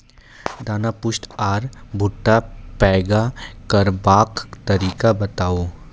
दाना पुष्ट आर भूट्टा पैग करबाक तरीका बताऊ?